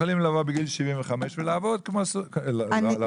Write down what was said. יכולים לבוא בגיל 75 ולעבוד כמו אני לא רוצה להגיד כמו סוסים.